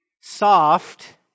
soft